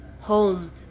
home